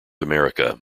america